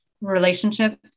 relationship